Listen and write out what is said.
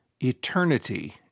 eternity